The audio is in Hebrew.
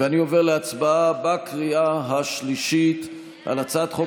אני עובר להצבעה בקריאה השלישית על הצעת חוק